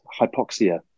hypoxia